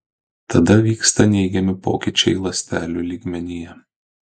tada vyksta neigiami pokyčiai ląstelių lygmenyje